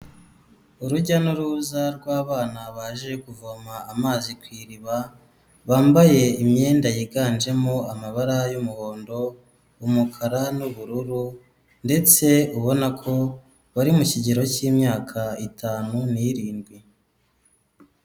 Urujya n'uruza rw'abana baje kuvoma amazi ku iriba, bambaye imyenda yiganjemo amabara y'umuhondo, umukara n'ubururu ndetse ubona ko bari mu kigero cy'imyaka itanu n'irindwi.